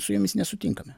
su jumis nesutinkame